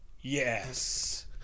Yes